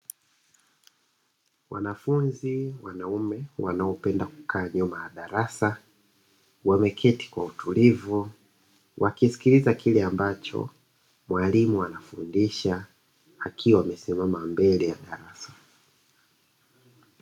Wanafunzi wanaume wanaopenda kukaa nyuma ya darasa, wameketi kwa utulivu wakisikiliza kile ambacho mwalimu anafundisha akiwa amesimama mbele ya darasa.